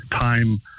Time